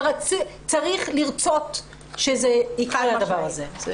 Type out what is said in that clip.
אבל צריך לרצות שזה יקרה, הדבר הזה.